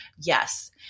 Yes